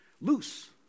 loose